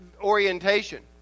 orientation